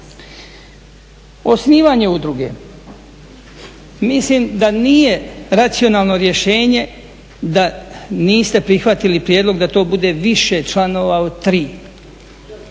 Osnivanje udruge. Mislim da nije racionalno rješenje da niste prihvatili prijedlog da to bude više članova od tri.